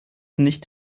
nicht